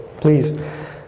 please